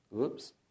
Oops